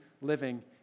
living